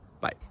bye